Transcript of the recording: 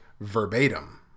verbatim